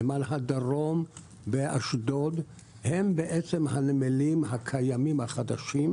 נמל הדרום באשדוד הם הנמלים הקיימים החדשים,